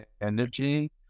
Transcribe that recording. energy